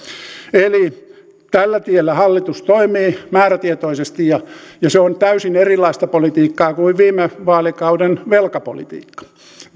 eli tällä tiellä hallitus toimii määrätietoisesti ja ja se on täysin erilaista politiikkaa kuin viime vaalikauden velkapolitiikka